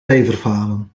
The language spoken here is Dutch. leverfalen